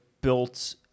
built